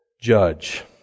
judge